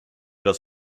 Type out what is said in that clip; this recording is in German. das